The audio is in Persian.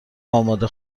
آماده